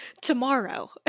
Tomorrow